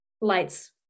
lights